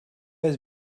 guys